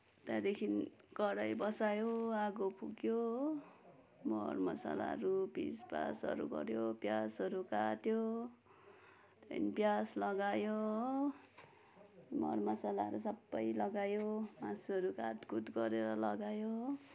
त्यहाँदेखि कराही बसायो आगो फुक्यो हो मरमसलाहरू पिसपासहरू गऱ्यो पियाजहरू काट्यो त्यहाँदेखि पियाज लगायो हो मरमसलाहरू सबै लगायो मासुहरू काटकुट गरेर लगायो हो